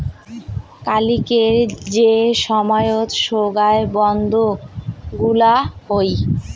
কালিকের যে সময়ত সোগায় বন্ড গুলা হই